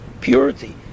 Purity